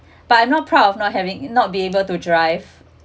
but I'm not proud of not having not be able to drive